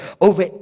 over